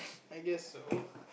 I guess so